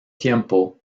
tiempo